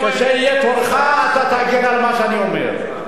כשיגיע תורך אתה תגיב על מה שאני אומר.